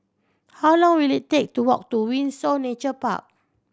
how long will it take to walk to Windsor Nature Park